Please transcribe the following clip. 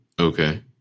Okay